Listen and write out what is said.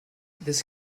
this